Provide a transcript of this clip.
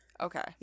Okay